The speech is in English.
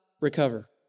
recover